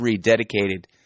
dedicated